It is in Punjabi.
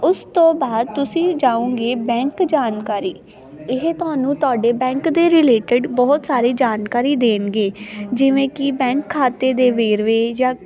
ਉਸ ਤੋਂ ਬਾਅਦ ਤੁਸੀਂ ਜਾਓਗੇ ਬੈਂਕ ਜਾਣਕਾਰੀ ਇਹ ਤੁਹਾਨੂੰ ਤੁਹਾਡੇ ਬੈਂਕ ਦੇ ਰਿਲੇਟਡ ਬਹੁਤ ਸਾਰੀ ਜਾਣਕਾਰੀ ਦੇਣਗੇ ਜਿਵੇਂ ਕਿ ਬੈਂਕ ਖਾਤੇ ਦੇ ਵੇਰਵੇ ਜਾਂ